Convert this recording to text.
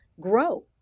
grow